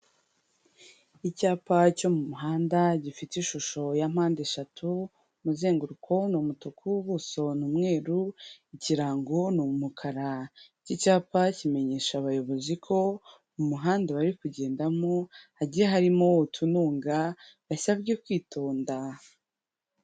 Icyapa cyo mu muhanda gifite ishusho ya mpande eshatu, umuzenguruko ni umutuku, ubuso ni umweru, ikirango ni umukara. Iki cyapa kimenyesha abayobozi ko mu umuhanda bari kugendamo hagiye harimo utununga bisabye kwitonda.